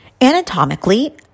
Anatomically